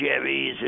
Chevys